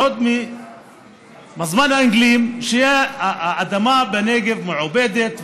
עוד מזמן האנגלים, שהאדמה בנגב מעובדת.